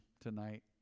tonight